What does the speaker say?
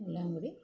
എല്ലാം കൂടി